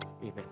Amen